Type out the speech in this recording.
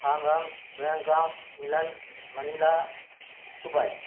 Hong Kong Bangkok Milan Manila Dubai